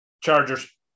Chargers